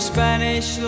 Spanish